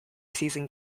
season